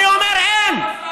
אני אומר, אין.